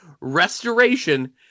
restoration